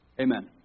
Amen